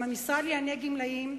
עם המשרד לענייני גמלאים,